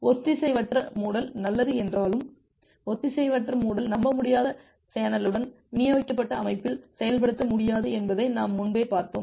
ஒத்திசைவற்ற மூடல் நல்லது என்றாலும் ஒத்திசைவற்ற மூடல் நம்பமுடியாத சேனலுடன் விநியோகிக்கப்பட்ட அமைப்பில் செயல்படுத்த முடியாது என்பதை நாம் முன்பே பார்த்தோம்